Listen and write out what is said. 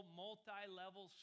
multi-level